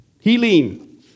healing